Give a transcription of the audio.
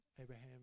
Abraham